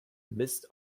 mists